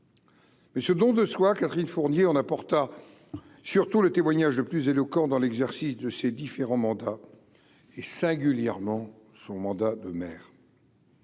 Mais ce don de soi Catherine Fournier on apporta surtout le témoignage le plus éloquent dans l'exercice de ses différents mandats et singulièrement son mandat de maire.